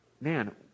man